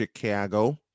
Chicago